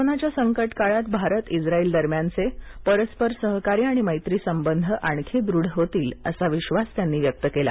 कोरोनाच्या संकट काळात भारत इस्राईल दरम्यानचे परस्पर सहकार्य आणि मैत्री संबंध आणखी दृढ होतील असा विश्वास त्यांनी व्यक्त केला